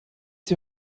sie